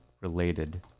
related